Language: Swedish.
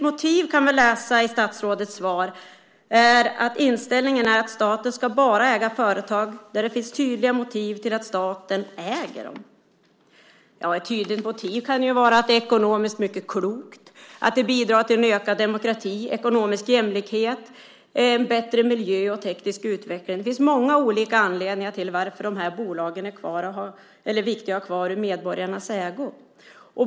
Vi kan läsa i statsrådets svar att staten bara ska äga företag där det finns tydliga motiv till att staten äger dem. Tydliga motiv kan ju vara att det är ekonomiskt mycket klokt och att det bidrar till ökad demokrati, ekonomisk jämlikhet, en bättre miljö och teknisk utveckling. Det finns många olika anledningar till varför de här bolagen är viktiga att ha kvar i medborgarnas ägo.